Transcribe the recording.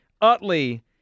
Utley